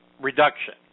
reduction